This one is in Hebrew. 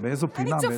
באיזו פינה?